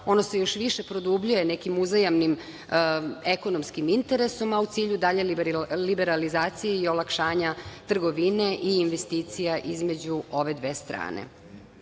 ono se još više produbljuje nekim uzajamnim ekonomskim interesom, a u cilju dalje liberalizacije i olakšanja trgovine i investicija između ove dve strane. Koliko